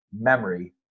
memory